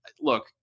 look